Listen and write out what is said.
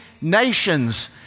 nations